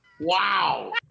Wow